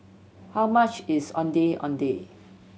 how much is Ondeh Ondeh